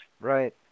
Right